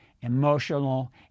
emotional